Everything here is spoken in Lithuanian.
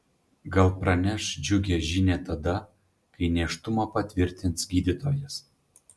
gal praneš džiugią žinią tada kai nėštumą patvirtins gydytojas